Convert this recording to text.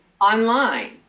online